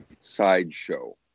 sideshow